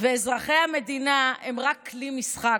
-- כל-כולו ----- ואזרחי המדינה הם רק כלי משחק,